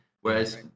Whereas